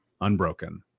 unbroken